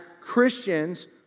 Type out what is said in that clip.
Christians